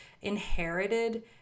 inherited